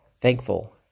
Thankful